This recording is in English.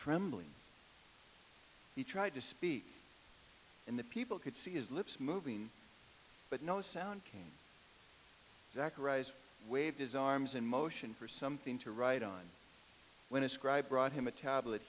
trembling he tried to speak and the people could see his lips moving but no sound came back arise waved his arms and motion for something to write on when a scribe brought him a tablet